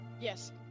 Yes